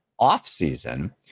offseason